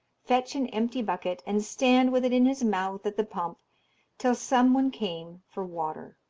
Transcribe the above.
fetch an empty bucket, and stand with it in his mouth at the pump till some one came for water.